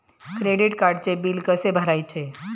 Credit कार्डचे bill कसे भरायचे?